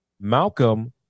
Malcolm